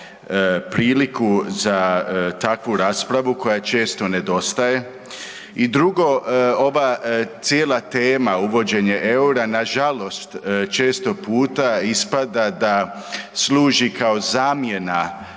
priliku za takvu raspravu koja često nedostaje. I drugo ova cijela tema uvođenje EUR-a, nažalost često puta ispada da služi kao zamjena